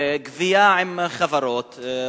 גבייה עם חברות,